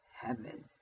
heaven